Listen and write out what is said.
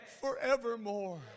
forevermore